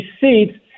seats